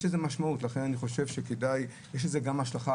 יש לזה משמעות, יש לזה השלכה.